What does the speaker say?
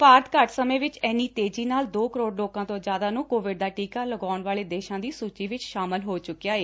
ਭਾਰਤ ਘੱਟ ਸਮੇਂ ਵਿਚ ਏਨੀ ਤੇਜ਼ੀ ਨਾਲ ਦੋ ਕਰੋੜ ਲੋਕਾਂ ਤੋਂ ਜਿਆਦਾ ਨੂੰ ਕੋਵਿਡ ਦਾ ਟੀਕਾ ਲਗਵਾਉਣ ਵਾਲੇ ਦੇਸ਼ਾਂ ਦੀ ਸੂਚੀ ਵਿਚ ਸ਼ਾਮਿਲ ਹੋ ਚੂੱਕਿਆ ਏ